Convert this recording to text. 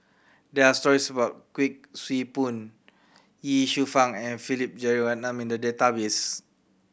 there are stories about Kuik Swee Boon Ye Shufang and Philip Jeyaretnam in the database